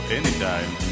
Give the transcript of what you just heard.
anytime